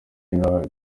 inaha